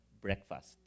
breakfast